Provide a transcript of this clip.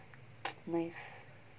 nice